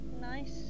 nice